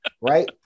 right